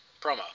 promo